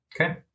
Okay